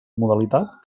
modalitat